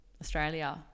Australia